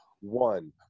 one